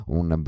un